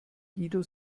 guido